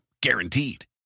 Guaranteed